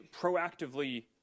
proactively